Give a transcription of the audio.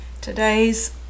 Today's